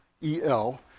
E-L